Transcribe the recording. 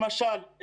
למשל,